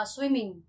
Swimming